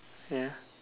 ya